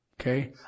Okay